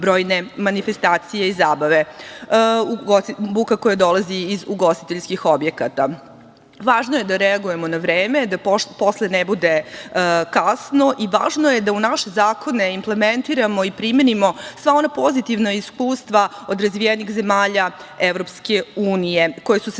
brojne manifestacije i zabave i buka koja dolazi iz ugostiteljskih objekata. Važno je da reagujemo na vreme, da posle ne bude kasno i važno je da u naše zakone implementiramo i primenimo sva ona pozitivna iskustva od razvijenih zemalja EU, koje su se